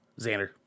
Xander